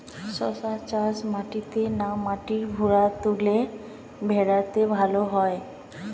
শশা চাষ মাটিতে না মাটির ভুরাতুলে ভেরাতে ভালো হয়?